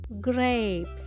grapes